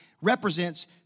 represents